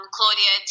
Claudia